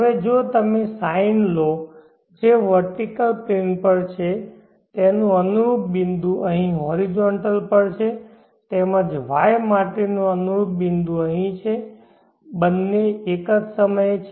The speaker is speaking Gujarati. હવે જો તમે sine લો જે વેર્ટીકેલ પ્લેન પર છે તેનું અનુરૂપ બિંદુ અહીં હોરિઝોન્ટલ પર છે તેમજ Y માટેનો અનુરૂપ બિંદુ અહીં છે બંને એક જ સમયે છે